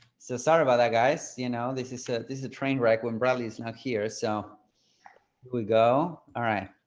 so sorry about that, guys. you know this is ah this is a train wreck when bradley is not here so we go alright,